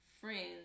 friends